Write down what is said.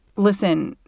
listen,